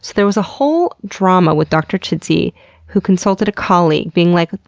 there was a whole drama with dr. chidsey who consulted a colleague being like,